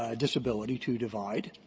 ah disability to divide,